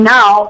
Now